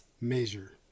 Measure